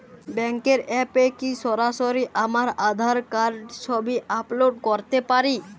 ব্যাংকের অ্যাপ এ কি সরাসরি আমার আঁধার কার্ড র ছবি আপলোড করতে পারি?